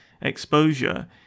exposure